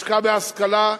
השקעה בהשכלה,